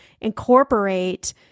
incorporate